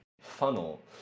funnel